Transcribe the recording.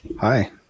Hi